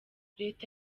leta